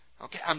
Okay